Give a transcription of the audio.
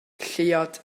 lleuad